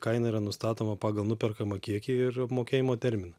kaina yra nustatoma pagal nuperkamą kiekį ir apmokėjimo terminą